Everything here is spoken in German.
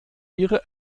ihre